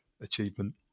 achievement